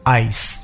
ice